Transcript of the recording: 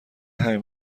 همین